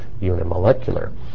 unimolecular